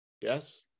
yes